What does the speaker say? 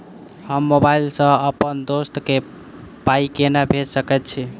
हम मोबाइल सअ अप्पन दोस्त केँ पाई केना भेजि सकैत छी?